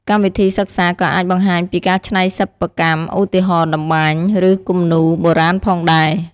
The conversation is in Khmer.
កម្មវិធីសិក្សាក៏អាចបង្ហាញពីការច្នៃសិប្បកម្ម ឧទាហរណ៍ តម្បាញ ឬគំនូរបុរាណផងដែរ។